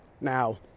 Now